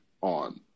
on